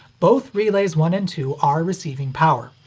both relays one and two are receiving power.